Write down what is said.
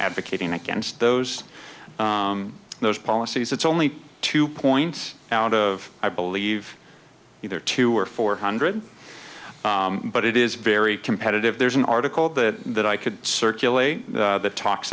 advocating against those those policies it's only two points out of i believe either two or four hundred but it is very competitive there's an article that i could circulate that talks